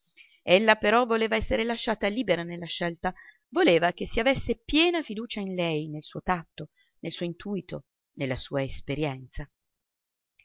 ella però voleva essere lasciata libera nella scelta voleva che si avesse piena fiducia in lei nel suo tatto nel suo intuito nella sua esperienza